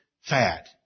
Fat